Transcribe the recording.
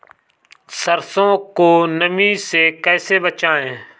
सरसो को नमी से कैसे बचाएं?